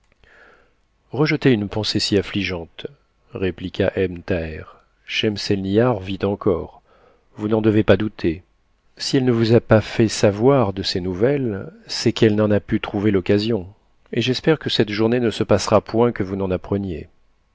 rejetez une pensée si affligeante répliqua ebn thaher schemselnihar vit encore vous n'en devez pas douter si elle ne vous a pas fait savoir de ses nouvelles c'est qu'elle n'en a pu trouver l'occasion et j'espère que cette journée ne se passera point que vous n'en appreniez